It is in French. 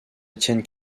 étienne